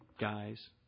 guys